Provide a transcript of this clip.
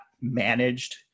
managed